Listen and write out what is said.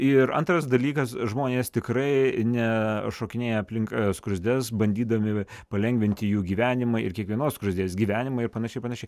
ir antras dalykas žmonės tikrai ne šokinėja aplink skruzdes bandydami palengvinti jų gyvenimą ir kiekvienos skruzdės gyvenimą ir panašiai panašiai